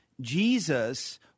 Jesus